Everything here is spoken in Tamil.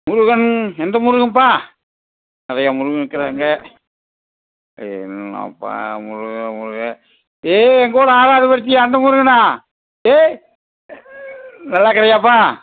முருகன் எந்த முருகன்ப்பா நிறையா முருகன் இருக்கிறாங்க என்னாப்பா முருகன் முருகன் ஏய் என் கூட ஆறாவது படிச்சியே அந்த முருகனா ஏய் நல்லாயிருக்குறியாப்பா